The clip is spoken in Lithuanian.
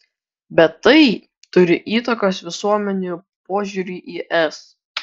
bet tai turi įtakos visuomenių požiūriui į es